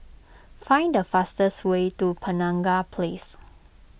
find the fastest way to Penaga Place